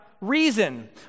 reason